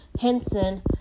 Henson